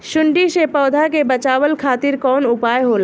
सुंडी से पौधा के बचावल खातिर कौन उपाय होला?